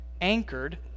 anchored